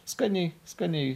skaniai skaniai